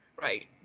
Right